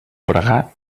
pregar